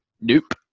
Nope